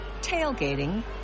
tailgating